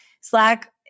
Slack